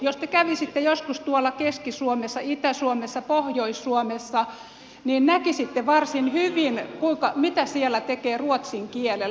jos te kävisitte joskus tuolla keski suomessa itä suomessa pohjois suomessa niin näkisitte varsin hyvin mitä siellä tekee ruotsin kielellä